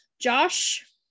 josh